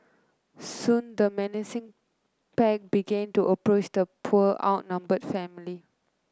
soon the menacing pack began to approach the poor outnumber family